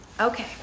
okay